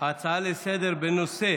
הצעות לסדר-היום בנושא